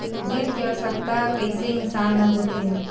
ऋण के आवश्कता कइसे इंसान ला होथे?